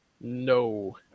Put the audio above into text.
No